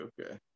Okay